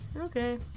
Okay